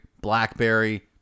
blackberry